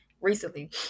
recently